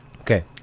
okay